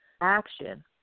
Action